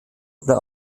oder